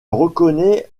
reconnaît